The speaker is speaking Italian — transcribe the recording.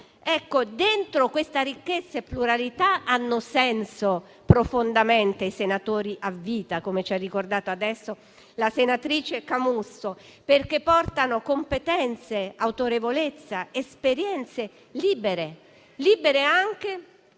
Dentro questa ricchezza e pluralità hanno profondamente senso i senatori a vita - come ci ha ricordato adesso la senatrice Camusso - perché portano competenze, autorevolezza ed esperienze libere, come siamo